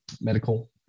medical